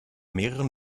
mehreren